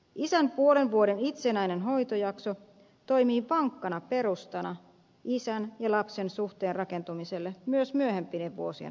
isän puolen vuoden itsenäinen hoitojakso toimii vankkana perustana isän ja lapsen suhteen rakentumiselle myös myöhempien vuosien osalta